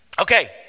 okay